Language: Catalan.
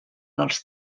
dels